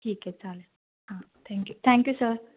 ठीक आहे चालेल थँक्यू थँक्यू सर